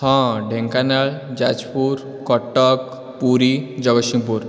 ହଁ ଢେଙ୍କାନାଳ ଯାଜପୁର କଟକ ପୁରୀ ଜଗତସିଂହପୁର